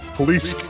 Police